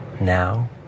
now